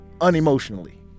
unemotionally